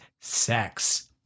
sex